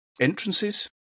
entrances